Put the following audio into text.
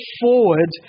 forward